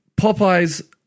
popeyes